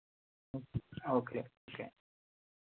okay okay